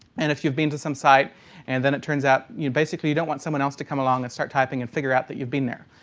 and you've been to some site and then it turns out you basically don't want someone else to come along and start typing and figure out that you've been there.